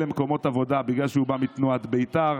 למקומות עבודה בגלל שהוא בא מתנועת בית"ר.